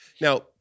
Now